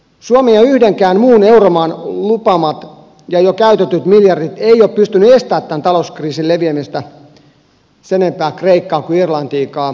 suomen ja yhdenkään muun euromaan lupaamat ja jo käytetyt miljardit eivät ole pystyneet estämään tämän talouskriisin leviämistä sen enempää kreikkaan kuin irlantiinkaan tai espanjaan